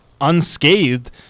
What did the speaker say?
unscathed